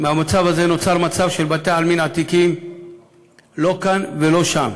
מהמצב הזה נוצר מצב שבתי-עלמין עתיקים לא כאן ולא שם,